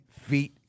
feet